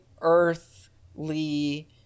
earthly